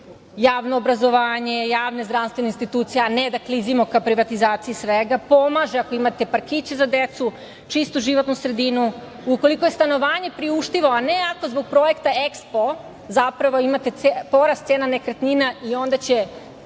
javno obrazovanje, javne zdravstvene institucije, a ne da klizimo ka privatizaciji svega, pomaže ako imate parkiće za decu, čistu životnu sredinu, ukoliko je stanovanje priuštivo, a ne ako zbog projekta EKSPO zapravo imate porast cena nekretnina i onda će